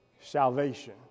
salvation